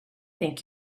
think